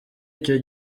icyo